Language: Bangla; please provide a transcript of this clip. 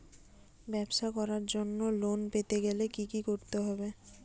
ব্যবসা করার জন্য লোন পেতে গেলে কি কি করতে হবে?